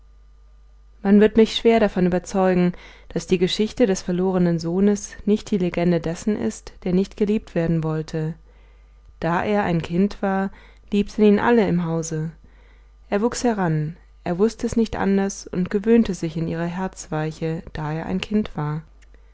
man wird mich schwer davon überzeugen daß die geschichte des verlorenen sohnes nicht die legende dessen ist der nicht geliebt werden wollte da er ein kind war liebten ihn alle im hause er wuchs heran er wußte es nicht anders und gewöhnte sich in ihre herzweiche da er ein kind war